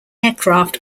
aircraft